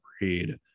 read